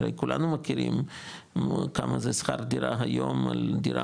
הרי כולנו מכירים כמה זה שכר דירה היום על דירה